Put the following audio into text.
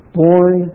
born